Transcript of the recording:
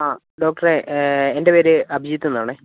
ആ ഡോക്ടറേ എന്റെ പേര് അഭിജിത്ത് എന്നാണേ